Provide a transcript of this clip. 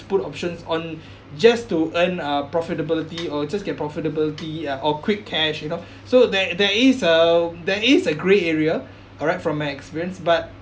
put options on just to earn uh profitability or just get profitability uh or quick cash you know so there there is um there is a grey area all right from my experience but